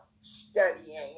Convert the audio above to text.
studying